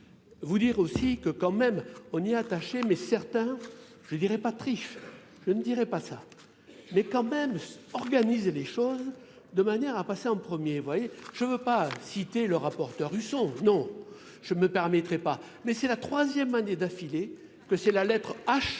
Vous dire aussi que quand même on y attacher mais certains je dirais Patrice. Je ne dirais pas ça, mais quand même organiser les choses de manière à passer en 1er voyez je ne veux pas citer le rapporteur Husson venant je me permettrai pas, mais c'est la 3ème année d'affilée, que c'est la lettre H